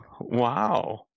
wow